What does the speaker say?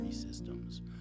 systems